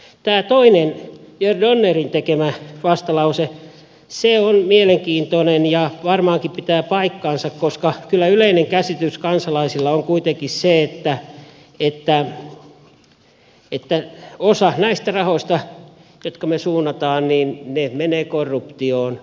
tämä toinen jörn donnerin tekemä vastalause on mielenkiintoinen ja varmaankin pitää paikkansa koska kyllä yleinen käsitys kansalaisilla on kuitenkin se että osa näistä rahoista jotka me suuntaamme menee korruptioon